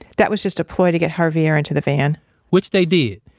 that was just a ploy to get javier into the van which they did.